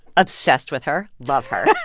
obsessed with her love her